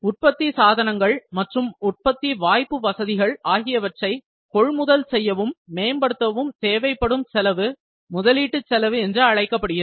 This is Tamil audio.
உற்பத்தி சாதனங்கள் மற்றும் உற்பத்தி வாய்ப்பு வசதிகள் ஆகியவற்றை கொள்முதல் செய்யவும் மேம்படுத்தவும் தேவைப்படும் செலவு முதலீட்டுச் செலவு என்று அழைக்கப்படுகிறது